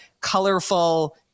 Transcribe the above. colorful